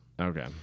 Okay